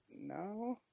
No